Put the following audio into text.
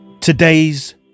today's